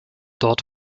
dort